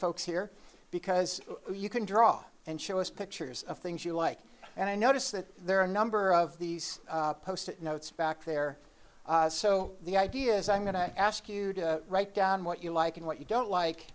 folks here because you can draw and show us pictures of things you like and i notice that there are a number of these post notes back there so the idea is i'm going to ask you to write down what you like and what you don't like